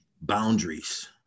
boundaries